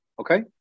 Okay